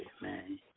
man